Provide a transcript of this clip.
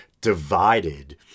divided